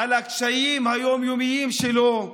על הקשיים היום-יומיים שלו,